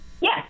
Yes